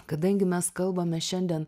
kadangi mes kalbame šiandien